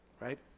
right